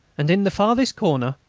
and in the farthest corner,